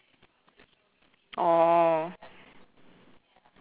oh